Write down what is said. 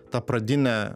tą pradinę